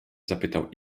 zapytał